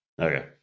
Okay